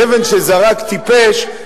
אבן שזרק טיפש,